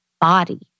body